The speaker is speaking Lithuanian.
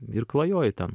ir klajoji ten